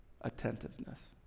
attentiveness